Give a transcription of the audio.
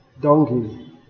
donkey